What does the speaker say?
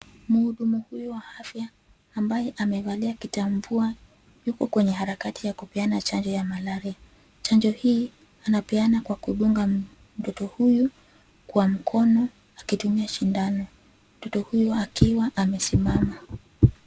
Mhudumu huyu wa afya, ambaye amevalia kitamvua, yuko kwenye harakati ya kupeana chanjo ya Malaria, chanjo hii, anapeana kwa kudunga, mtoto huyu, kwa mkono, akitumia shindano, mtoto huyu akiwa amesimama.